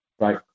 Right